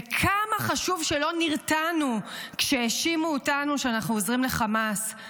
וכמה חשוב שלא נרתענו כשהאשימו אותנו שאנחנו עוזרים לחמאס.